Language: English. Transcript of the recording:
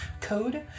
code